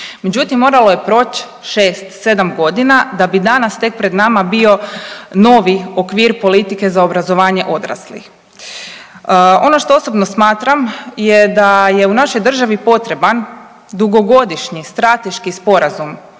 Međutim, moralo je proć 6, 7 godina da bi danas tek pred nama bio novi okvir politike za obrazovanje odraslih. Ono što osobno smatram je da je u našoj državi potreban dugogodišnji strateški sporazum